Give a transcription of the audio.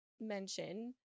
mention